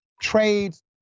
Trades